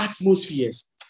atmospheres